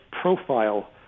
profile